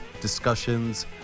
discussions